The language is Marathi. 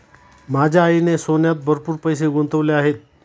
माझ्या आईने सोन्यात भरपूर पैसे गुंतवले आहेत